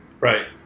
Right